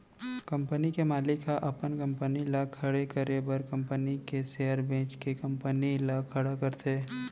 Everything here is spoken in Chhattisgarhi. कंपनी के मालिक ह अपन कंपनी ल खड़े करे बर कंपनी के सेयर बेंच के कंपनी ल खड़ा करथे